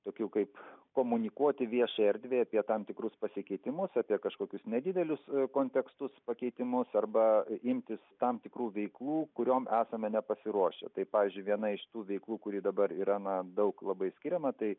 tokių kaip komunikuoti viešai erdvei apie tam tikrus pasikeitimus apie kažkokius nedidelius kontekstus pakeitimus arba imtis tam tikrų veiklų kuriom esame nepasiruošę tai pavyzdžiui viena iš tų veiklų kuri dabar yra na daug labai skiriama tai